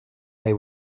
they